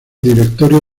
directorio